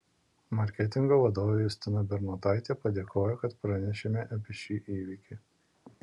marketingo vadovė justina bernotaitė padėkojo kad pranešėme apie šį įvykį